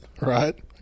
right